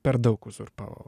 per daug uzurpavau